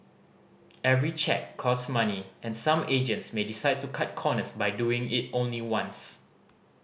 every check costs money and some agents may decide to cut corners by doing it only once